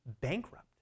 bankrupt